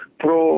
pro